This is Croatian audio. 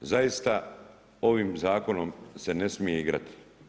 Zaista ovim zakonom se ne smije igrati.